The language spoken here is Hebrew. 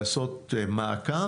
לעשות מעקב.